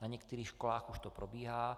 Na některých školách už to probíhá.